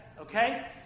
Okay